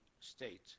state